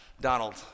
Donald